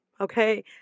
okay